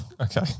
Okay